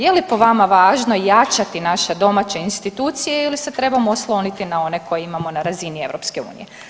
Je li po vama važno jačati naša domaće institucije ili se trebamo osloniti na one koje imamo na razini EU?